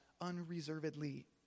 unreservedly